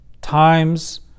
times